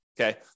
okay